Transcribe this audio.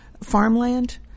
farmland